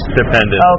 dependent